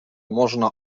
można